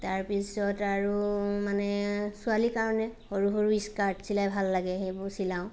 তাৰপিছত আৰু মানে ছোৱালীৰ কাৰণে সৰু সৰু স্কাৰ্ট চিলাই ভাল লাগে সেইবোৰ চিলাওঁ